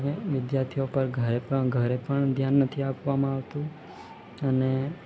તમે વિદ્યાર્થીઓ ઉપર ઘરે પણ ઘરે પણ ધ્યાન નથી આપવામાં આવતું અને